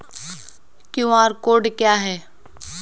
QR code क्या है?